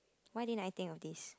why didn't I think of this